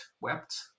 wept